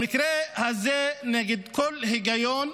במקרה הזה, נגד כל היגיון.